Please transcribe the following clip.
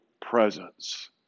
presence